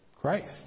Christ